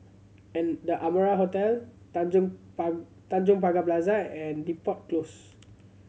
and The Amara Hotel Tanjong Tanjong Pagar Plaza and Depot Close